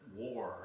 war